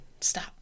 Stop